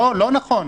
לא נכון,